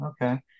okay